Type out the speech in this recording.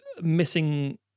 missing